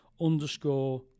Underscore